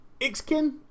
Ixkin